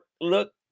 look